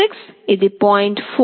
6 ఇది 0